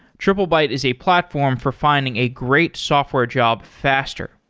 triplebyte is a platform for finding a great software job faster.